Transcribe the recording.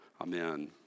Amen